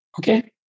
Okay